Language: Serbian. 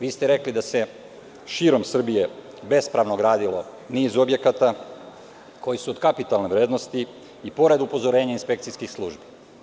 Vi ste rekli da se širom Srbije bespravno gradio niz objekata koji su od kapitalne vrednosti i pored upozorenja inspekcijskih službi.